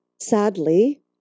sadly